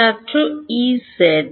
ছাত্র Ez